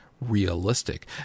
realistic